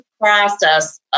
process